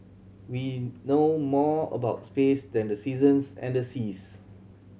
we know more about space than the seasons and the seas